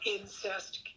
Incest